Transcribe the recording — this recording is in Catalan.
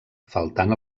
faltant